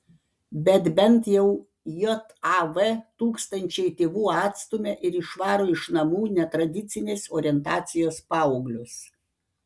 bet bent jau jav tūkstančiai tėvų atstumia ir išvaro iš namų netradicinės orientacijos paauglius